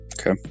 Okay